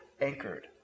anchored